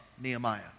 Nehemiah